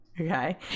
Okay